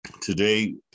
Today